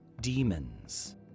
demons